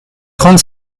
trente